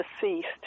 deceased